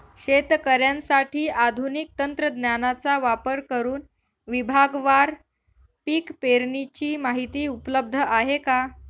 शेतकऱ्यांसाठी आधुनिक तंत्रज्ञानाचा वापर करुन विभागवार पीक पेरणीची माहिती उपलब्ध आहे का?